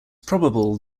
probable